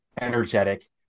energetic